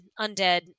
undead